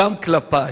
גם כלפַי.